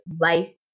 life